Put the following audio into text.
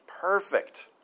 perfect